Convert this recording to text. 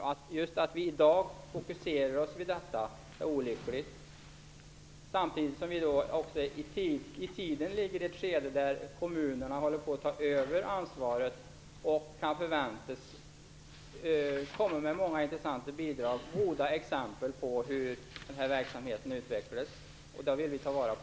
Det är därför olyckligt att vi i dag fokuserar på detta. Detta händer samtidigt i tiden som kommunerna håller på och tar över ansvaret och kan väntas komma med många intressanta bidrag och visa goda exempel på hur verksamheten kan utvecklas, och dem vill vi ta vara på.